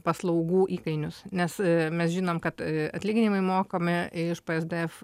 paslaugų įkainius nes mes žinom kad atlyginimai mokami iš psdf